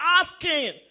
asking